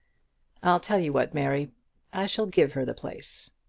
i'll tell you what, mary i shall give her the place.